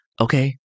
okay